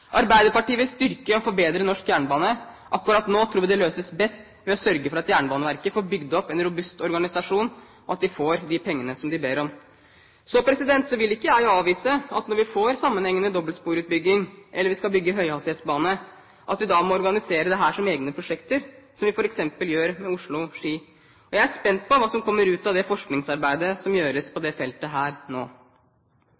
Arbeiderpartiet vil styrke og forbedre norsk jernbane. Akkurat nå tror vi det løses best ved å sørge for at Jernbaneverket får bygd opp en robust organisasjon, og at de får de pengene som de ber om. Så vil jeg ikke avvise at når vi får sammenhengende dobbeltsporutbygging, eller hvis vi skal bygge høyhastighetsbane, må vi da organisere dette som egne prosjekter, som vi gjør f.eks. med Oslo–Ski. Jeg er spent på hva som kommer ut av det forskningsarbeidet som gjøres på